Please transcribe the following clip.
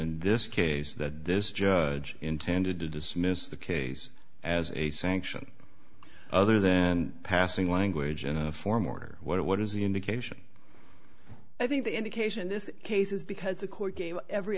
in this case that this judge intended to dismiss the case as a sanction other than passing language in a form order what is the indication i think the indication this case is because the court gave every